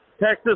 Texas